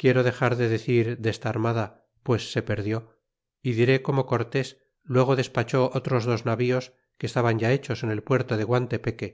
quiero dexar de decir desta armada pues se perdió y diré como cortés luego despachó otros dos navíos que estaban ya hechos en el puerto de guantepegue